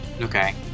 Okay